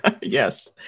yes